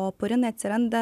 o purinai atsiranda